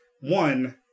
one